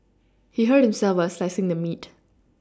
he hurt himself while slicing the meat